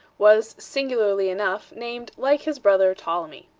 was, singularly enough, named, like his brother, ptolemy.